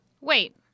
Wait